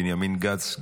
בנימין גנץ,